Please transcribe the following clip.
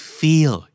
feel